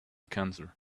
cancer